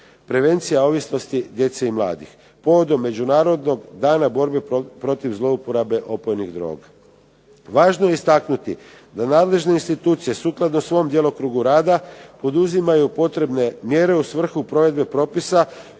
"Prevencija ovisnosti djece i mladih" povodom Međunarodnog dana borbe protiv zlouporabe opojnih droga. Važno je istaknuti da nadležne institucije sukladno svom djelokrugu rada poduzimaju potrebne mjere u svrhu provedbe propisa